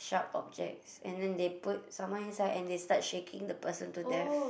sharp objects and then they put someone inside and they start shaking the person to death